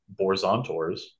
Borzontors